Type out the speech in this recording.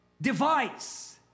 device